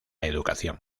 educación